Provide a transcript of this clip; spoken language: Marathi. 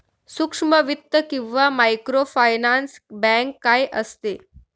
सूक्ष्म वित्त किंवा मायक्रोफायनान्स बँक काय असते?